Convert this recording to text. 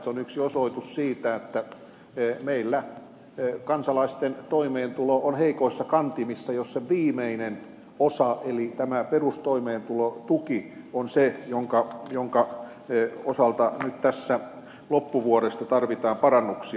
se on yksi osoitus siitä että meillä kansalaisten toimeentulo on heikoissa kantimissa jos se viimeinen osa eli tämä perustoimeentulotuki on se jonka osalta nyt tässä loppuvuodesta tarvitaan parannuksia